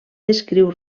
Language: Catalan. descriu